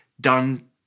done